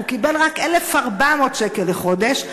הוא קיבל רק 1,400 שקל לחודש.